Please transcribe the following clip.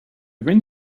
wind